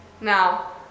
Now